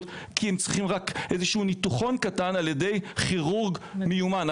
כי הם צריכים רק איזשהו ניתוחון קטן ע"י כירורג מיומן.